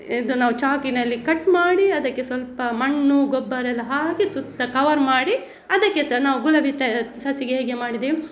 ಇದು ನಾವು ಚಾಕಿನಲ್ಲಿ ಕಟ್ ಮಾಡಿ ಅದಕ್ಕೆ ಸ್ವಲ್ಪ ಮಣ್ಣು ಗೊಬ್ಬರೆಲ್ಲ ಹಾಕಿ ಸುತ್ತ ಕವರ್ ಮಾಡಿ ಅದಕ್ಕೆ ಸಹ ನಾವವು ಗುಲಾಬಿ ತ ಸಸಿಗೆ ಹೇಗೆ ಮಾಡಿದೆವು